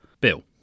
bill